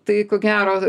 tai ko gero